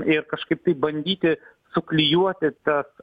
ir kažkaip tai bandyti suklijuoti tas